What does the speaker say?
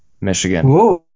Michigan